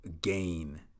gain